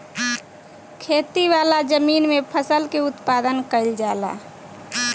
खेती वाला जमीन में फसल के उत्पादन कईल जाला